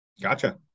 Gotcha